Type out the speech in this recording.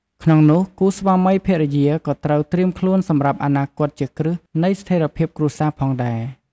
ក្នុងនោះគូស្វាមីភរិយាក៏ត្រូវត្រៀមខ្លួនសម្រាប់អនាគតជាគ្រឹះ នៃស្ថេរភាពគ្រួសារផងដែរ។